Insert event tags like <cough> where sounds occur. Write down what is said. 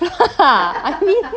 <laughs>